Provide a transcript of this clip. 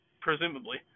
Presumably